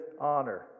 honor